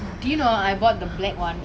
like I kinda like it though